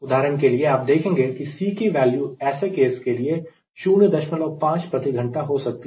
उदाहरण के लिए आप देखेंगे कि C की वेल्यू ऐसे केस के लिए 05 प्रति घंटा हो सकती है